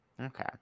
Okay